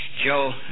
Joe